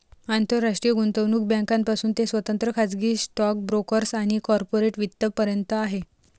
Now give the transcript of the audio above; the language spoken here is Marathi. आंतरराष्ट्रीय गुंतवणूक बँकांपासून ते स्वतंत्र खाजगी स्टॉक ब्रोकर्स आणि कॉर्पोरेट वित्त पर्यंत आहे